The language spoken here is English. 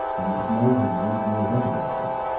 and the snow had warned me of other dangers.